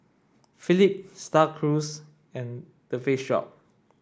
Philips Star Cruise and The Face Shop